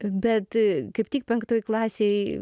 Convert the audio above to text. bet kaip tik penktoj klasėj